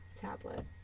tablet